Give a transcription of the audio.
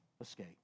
escape